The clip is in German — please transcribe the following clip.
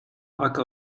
acker